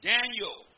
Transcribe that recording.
Daniel